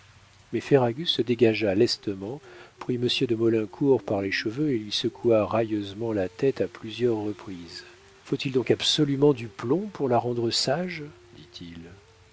mais ferragus se dégagea lestement prit monsieur de maulincour par les cheveux et lui secoua railleusement la tête à plusieurs reprises faut-il donc absolument du plomb pour la rendre sage dit-il